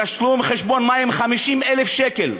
תשלום חשבון מים 50,000 שקל.